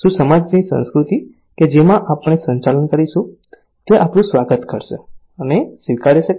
શું સમાજની સંસ્કૃતિ કે જેમાં આપણે સંચાલન કરીશું તે આપડું સ્વાગત કરશે અને સ્વીકારી શકશે